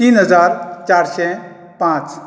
तीन हजार चारशें पांच